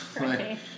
right